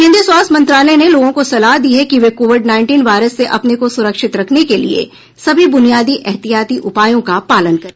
केंद्रीय स्वास्थ्य मंत्रालय ने लोगों को सलाह दी है कि वे कोविड नाईनटीन वायरस से अपने को सुरक्षित रखने के लिए सभी बुनियादी एहतियाती उपायों का पालन करें